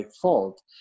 fault